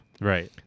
right